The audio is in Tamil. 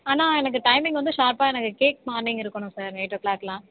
ஆனால் எனக்கு டைமிங் வந்து ஷார்ப்பாக எனக்கு கேக் மார்னிங் இருக்கணும் சார் எயிட் ஓ கிளாக் எல்லாம்